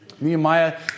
Nehemiah